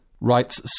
writes